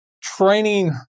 training